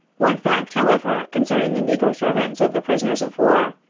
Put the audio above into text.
one fact, however, concerning the negro servants of the prisoners of war,